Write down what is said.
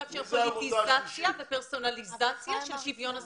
לאפשר פוליטיזציה ופרסונליזציה של שוויון הזכויות.